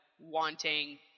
wanting